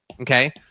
Okay